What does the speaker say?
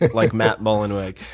like matt mullenweg.